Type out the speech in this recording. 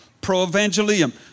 Pro-evangelium